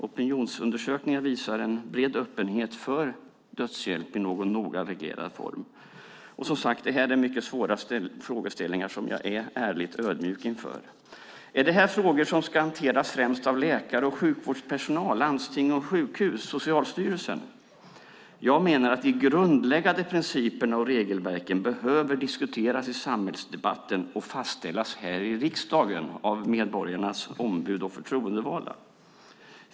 Opinionsundersökningar visar en bred öppenhet för dödshjälp i någon noga reglerad form. Det här är som sagt mycket svåra frågeställningar som jag är ärligt ödmjuk inför. Är det frågor som ska hanteras främst av läkare och sjukvårdspersonal, landsting, sjukhus och Socialstyrelsen? Jag menar att de grundläggande principerna och regelverken behöver diskuteras i samhällsdebatten och fastställas här i riksdagen av medborgarnas ombud och förtroendevalda.